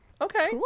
Okay